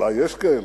ואולי יש כאלה,